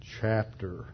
chapter